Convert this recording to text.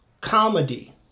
comedy